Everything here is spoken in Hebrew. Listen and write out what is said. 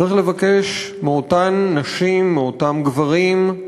צריך לבקש מאותן נשים, מאותם גברים,